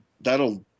that'll